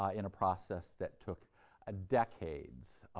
ah in a process that took ah decades,